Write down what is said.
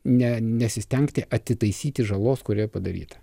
ne nesistengti atitaisyti žalos kuri padaryta